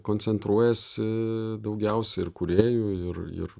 koncentruojasi daugiausiai ir kūrėjų ir ir